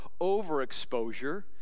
overexposure